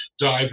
dive